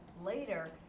later